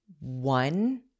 one